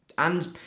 and,